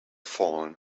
fallen